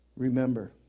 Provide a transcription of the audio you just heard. Remember